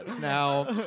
Now